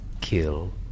kill